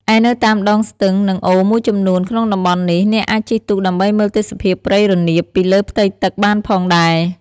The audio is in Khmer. ឯនៅតាមដងស្ទឹង និងអូរមួយចំនួនក្នុងតំបន់នេះ អ្នកអាចជិះទូកដើម្បីមើលទេសភាពព្រៃរនាមពីលើផ្ទៃទឹកបានផងដែរ។